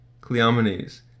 Cleomenes